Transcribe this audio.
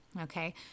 Okay